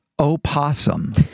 Opossum